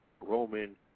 Roman